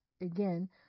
again